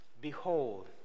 behold